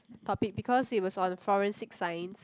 topic because it was on forensic science